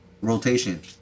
rotation